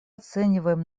оцениваем